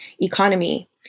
economy